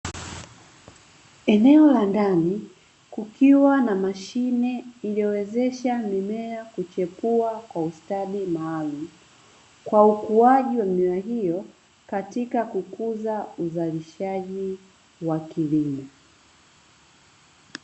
Eneo la ndani, kukiwa na mashine iliyowezesha mimea kuchipua kwa ustadi maalum, kwa ukuaji wa mimea hiyo katika kukuza uzalishaji wa kilimo.